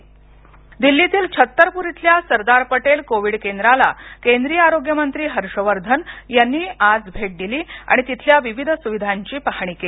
हर्षवर्धन दिल्लीतील छत्तरपूर इथल्या सरदार पटेल कोविड केंद्राला केंद्रीय आरोग्यमंत्री हर्षवर्धन यांनी आज भेट दिली आणि तिथल्या विविध सुविधाची पाहणी केली